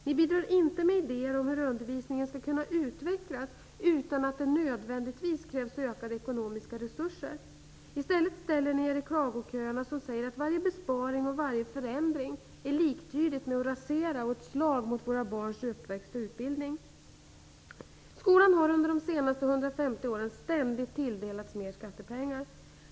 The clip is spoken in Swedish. Ni bidrar inte med idéer om hur undervisningen skall kunna utvecklas utan att det nödvändigtvis krävs ökade ekonomiska resurser. I stället ställer ni er i klagokön som säger att varje besparing och varje förändring är liktydig med en rasering och ett slag mot våra barns uppväxt och utbildning. Skolan har under de senaste 150 åren ständigt tilldelats mera skattepengar.